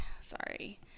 Sorry